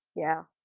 yeah.